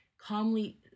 calmly